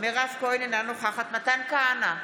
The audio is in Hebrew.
מירב כהן, אינה נוכחת מתן כהנא,